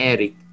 Eric